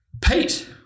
Pete